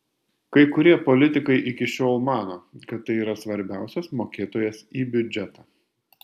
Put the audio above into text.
kai kurie politikai iki šiol mano kad tai yra svarbiausias mokėtojas į biudžetą